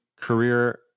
career